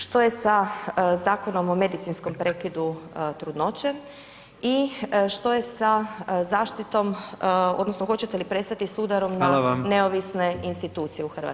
Što je sa Zakonom o medicinskom prekidu trudnoće i što je sa zaštitom, odnosno hoćete li prestati s udarom na [[Upadica: Hvala vam.]] neovisne institucije u Hrvatskoj?